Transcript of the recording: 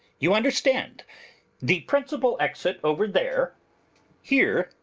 you understand the principal exit over there here,